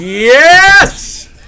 Yes